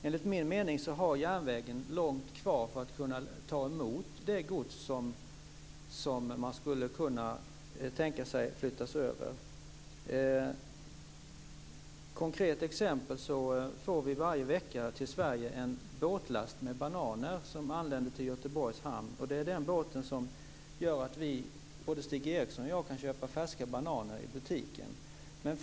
Enligt min mening har järnvägen långt kvar innan den kan ta emot det gods som den skulle kunna tänkas ta över. Som ett konkret exempel kan jag nämna att vi varje vecka till Sverige får en båtlast med bananer till Göteborgs hamn. Den båtlasten gör att Stig Eriksson och jag kan köpa färska bananer i butiken.